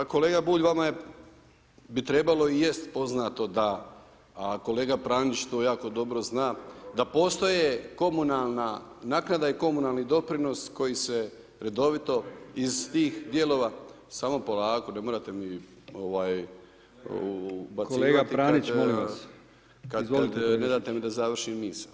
Kolega Bulj, vama bi trebalo i jest poznato da kolega Pranić to jako dobro zna, da postoje komunalna naknada i komunalni doprinos koji se redovito iz tih dijelova, samo polako, ne morate mi ubacivati kad [[Upadica Brkić: Kolega Pranić, molim vas.]] Ne date mi da završim misao.